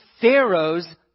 Pharaoh's